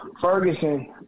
Ferguson